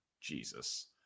Jesus